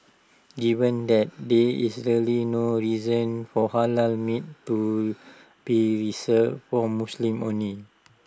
given that there is really no reason for Halal meat to be reserved for Muslims only